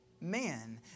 man